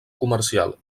comercial